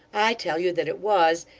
i tell you that it was,